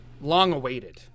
long-awaited